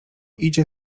idzie